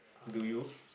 do you